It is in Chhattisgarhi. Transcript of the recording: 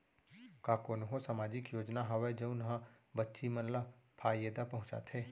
का कोनहो सामाजिक योजना हावय जऊन हा बच्ची मन ला फायेदा पहुचाथे?